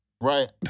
Right